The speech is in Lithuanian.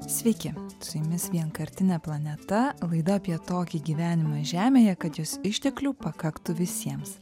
sveiki su jumis vienkartinė planeta laida apie tokį gyvenimą žemėje kad jos išteklių pakaktų visiems